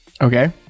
Okay